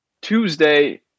Tuesday